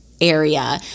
area